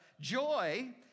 joy